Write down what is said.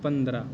پندرہ